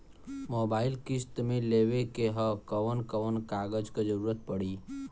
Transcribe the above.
Mobile किस्त मे लेवे के ह कवन कवन कागज क जरुरत पड़ी?